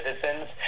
citizens